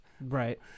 Right